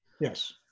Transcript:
Yes